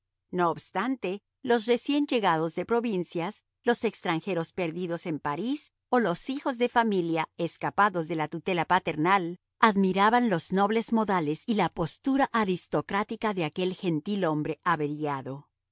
no obstante los recién llegados de provincias los extranjeros perdidos en parís o los hijos de familia escapados de la tutela paternal admiraban los nobles modales y la apostura aristocrática de aquel gentilhombre averiado